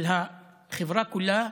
של החברה כולה,